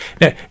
now